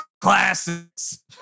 classes